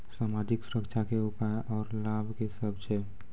समाजिक सुरक्षा के उपाय आर लाभ की सभ छै?